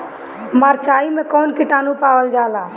मारचाई मे कौन किटानु पावल जाला?